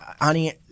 honey